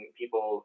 people